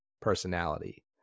personality